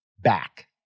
back